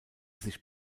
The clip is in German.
sich